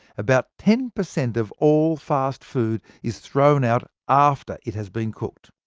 about ten per cent of all fast food is thrown out after it has been cooked.